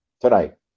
tonight